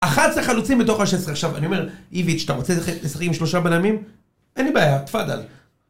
אחת זה חלוצים בתוך השש עשרה עכשיו אני אומר איביץ' אתה רוצה לשחק עם שלושה בלמים? אין לי בעיה, תפאדל